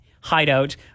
hideout